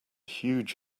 huge